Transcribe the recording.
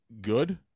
good